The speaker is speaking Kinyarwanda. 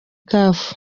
caf